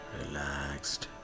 relaxed